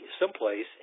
someplace